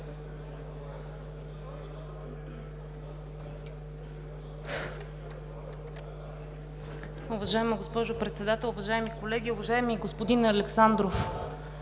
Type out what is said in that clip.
Уважаема госпожо Председател, уважаеми колеги, уважаеми господин Министър!